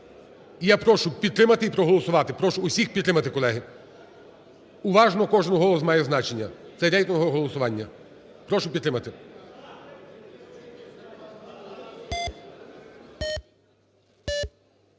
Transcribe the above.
я прошу підтримати, і проголосувати, прошу всіх підтримати, колеги. Уважно, кожен голос має значення, це рейтингове голосування, прошу підтримати.